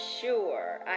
sure